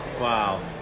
wow